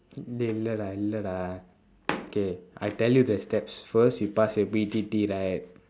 dey இல்லடா இல்லடா:illadaa illadaa okay I tell you the steps first you pass your B_B_T right